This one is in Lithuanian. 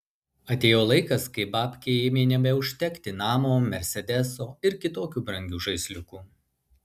atėjo laikas kai babkei ėmė nebeužtekti namo mersedeso ir kitokių brangių žaisliukų